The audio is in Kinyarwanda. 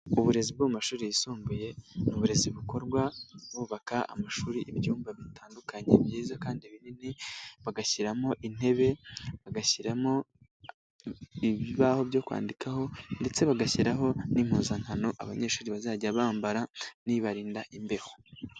Uburezi bwo mu mashuri yisumbuye ni uburezi bukorwa bubaka amashuri ibyumba bitandukanye byiza kandi binini bagashyiramo intebe, bagashyiraho ibibaho byo kwandikaho ndetse bagashyiraho n'impuzankano abanyeshuri bazajya bambara n'ibarinda imbeho.